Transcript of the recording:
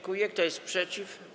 Kto jest przeciw?